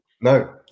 No